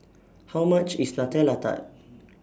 How much IS Nutella Tart